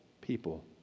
people